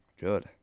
Good